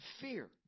Fear